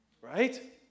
Right